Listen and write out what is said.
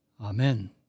Amen